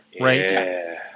Right